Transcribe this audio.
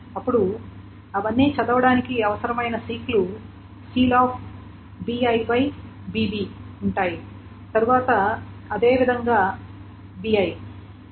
అప్పుడు అవన్నీ చదవడానికి అవసరమైన సీక్ లు ఉన్నాయి తరువాత అదేవిధంగా bi